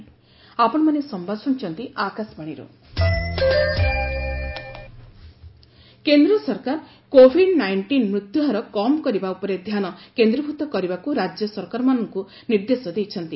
centre states କେନ୍ଦ୍ର ସରକାର COVID nineteen ମୃତ୍ୟୁହାର କମ୍ କରିବା ଉପରେ ଧ୍ୟାନ କେନ୍ଦ୍ରୀଭୂତ କରିବାକୁ ରାଜ୍ୟ ସରକାରମାନଙ୍କୁ ନିର୍ଦ୍ଦେଶ ଦେଇଛନ୍ତି